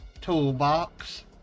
toolbox